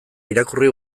irakurri